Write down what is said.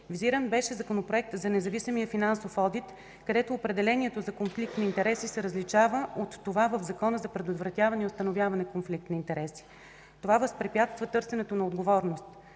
Визиран беше Законът за независимия финансов одит, където определението за конфликт на интереси се различава от това в Закона за предотвратяване и установяване конфликт на интереси. Това възпрепятства търсенето на отговорност.